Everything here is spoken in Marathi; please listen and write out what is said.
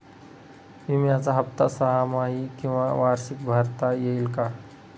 विम्याचा हफ्ता सहामाही किंवा वार्षिक भरता येईल का?